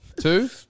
Two